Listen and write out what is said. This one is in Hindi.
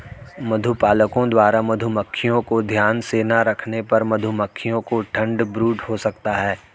मधुपालकों द्वारा मधुमक्खियों को ध्यान से ना रखने पर मधुमक्खियों को ठंड ब्रूड हो सकता है